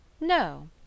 No